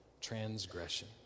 transgression